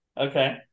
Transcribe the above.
Okay